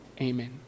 amen